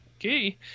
okay